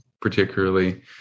particularly